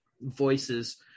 Voices